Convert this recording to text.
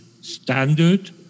standard